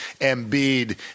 Embiid